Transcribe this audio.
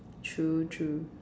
true true